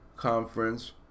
Conference